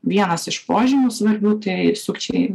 vienas iš požymių svarbių tai sukčiai